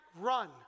run